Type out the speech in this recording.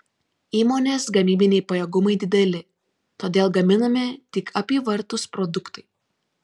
įmonės gamybiniai pajėgumai dideli todėl gaminami tik apyvartūs produktai